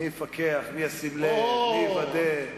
מי יפקח, מי ישים לב, מי יוודא?